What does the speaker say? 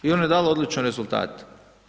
I ono je dalo odlične rezultate.